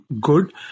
good